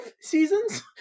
seasons